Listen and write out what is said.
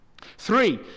Three